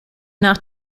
nach